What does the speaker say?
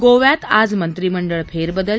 गोव्यात आज मंत्रिमंडळ फेरबदल